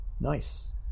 nice